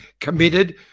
committed